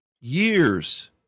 Years